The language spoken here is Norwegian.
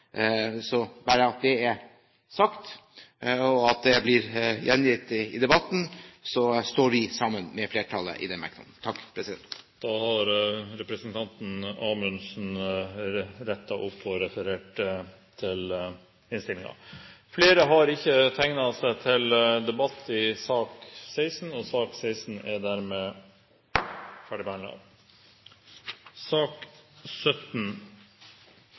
så dette er sagt, og at det blir gjengitt i debatten. Vi står sammen med flertallet i den merknaden. Da har representanten Per-Willy Amundsen rettet opp i og referert til innstillingen. Flere har ikke bedt om ordet til sak nr. 16. Jeg ønsker med denne interpellasjonen å reise en debatt om en sak jeg vet veldig mange er opptatt av, og